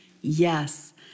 Yes